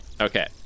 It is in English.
Okay